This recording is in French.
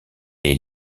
est